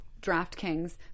DraftKings